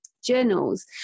journals